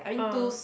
ah